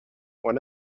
one